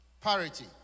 parity